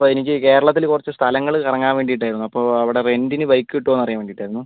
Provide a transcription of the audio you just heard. അപ്പോൾ എനിക്ക് കേരളത്തിൽ കുറച്ച് സ്ഥലങ്ങൾ കറങ്ങാൻ വേണ്ടിയിട്ടായിരുന്നു അപ്പോൾ അവിടെ റെൻറ്റിന് ബൈക്ക് കിട്ടുമോ എന്നറിയാൻ വേണ്ടിയിട്ടായിരുന്നു